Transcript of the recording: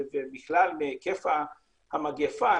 ובכלל להוריד מהיקף המגפה,